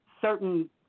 certain